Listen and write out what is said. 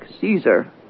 Caesar